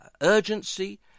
urgency